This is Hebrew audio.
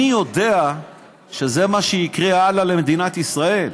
אני יודע שזה מה שיקרה הלאה למדינת ישראל.